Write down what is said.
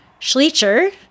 Schleicher